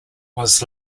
was